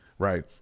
right